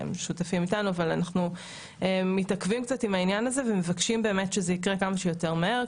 אנחנו מתעכבים קצת עם העניין הזה ומבקשים באמת שזה יקרה כמה שיותר מהר.